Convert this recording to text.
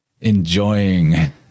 enjoying